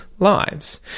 lives